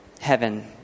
heaven